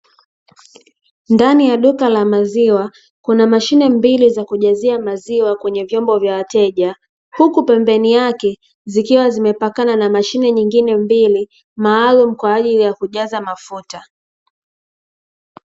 Ndani ya duka la maziwa kuna mashine mbili za kujazia maziwa kwenye vyombi vya wateja, huku pembeni yake zikiwa zimepakana na mashine nyingine mbili maalumu kwa ajili ya kujaza mafuta.